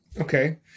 Okay